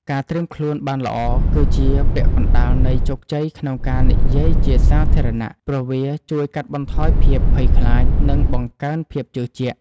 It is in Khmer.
ការត្រៀមខ្លួនបានល្អគឺជាពាក់កណ្ដាលនៃជោគជ័យក្នុងការនិយាយជាសាធារណៈ ព្រោះវាជួយកាត់បន្ថយភាពភ័យខ្លាច និងបង្កើនភាពជឿជាក់។